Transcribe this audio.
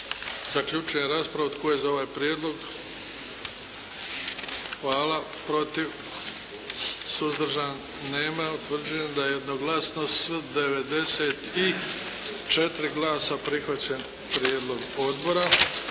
Zaključujem raspravu. Tko je za ovaj prijedlog? Hvala. Protiv? Suzdržan? Nema. Utvrđujem da je jednoglasno s 94 glasa prihvaćen prijedlog odbora.